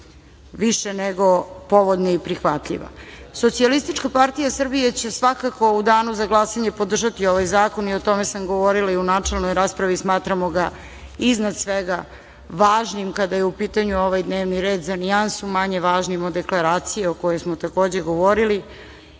više nego povoljna i prihvatljiva. Socijalistička partija Srbije će svakako u danu za glasanje podržati ovaj zakon, i tome sam govorila i u načelnoj raspravi, smatramo ga iznad svega važnim kada je u pitanju ovaj dnevni red, za nijansu manje važnim od deklaracije o kojoj smo takođe govorili